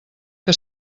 que